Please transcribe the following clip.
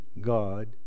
God